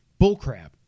bullcrap